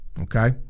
Okay